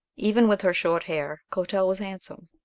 even with her short hair, clotel was handsome.